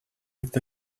with